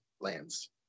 lands